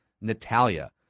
Natalia